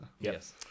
Yes